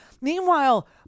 Meanwhile